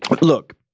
Look